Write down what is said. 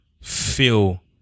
feel